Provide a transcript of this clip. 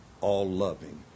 all-loving